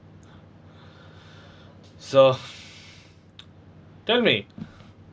so tell me